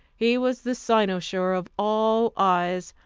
he was the cynosure of all eyes.